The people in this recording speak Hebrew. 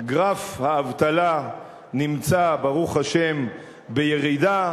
גרף האבטלה נמצא, ברוך השם, בירידה.